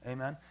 Amen